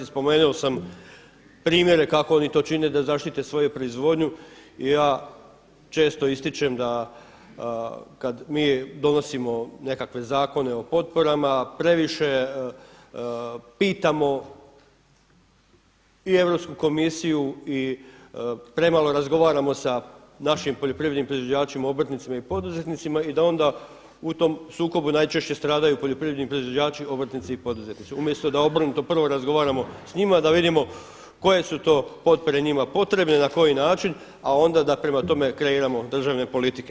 Spomenuo sam primjere kako oni to čine da zaštite svoju proizvodnju i ja često ističem da kad mi donosimo nekakve Zakone o potporama previše pitamo i Europsku komisiju i premalo razgovaramo sa našim poljoprivrednim proizvođačima obrtnicima i poduzetnicima i da onda u tom sukobu najčešće stradaju poljoprivredni proizvođači, obrtnici i poduzetnici umjesto da obrnuto prvo razgovaramo sa njima, da vidimo koje su to potpore njima potrebne, na koji način, a onda da prema tome kreiramo državne politike.